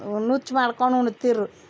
ನುಚ್ಚು ಮಾಡ್ಕೊನ್ ಉಣ್ತೀರು